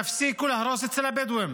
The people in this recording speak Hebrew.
תפסיקו להרוס אצל הבדואים.